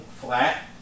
flat